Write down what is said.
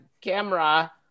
camera